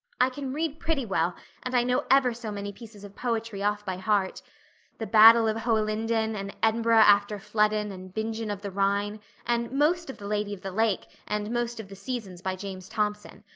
i can read pretty well and i know ever so many pieces of poetry off by heart the battle of hohenlinden and edinburgh after flodden and bingen of the rhine and most of the lady of the lake and most of the seasons by james thompson.